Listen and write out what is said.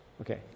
Okay